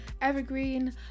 Evergreen